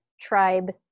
Tribe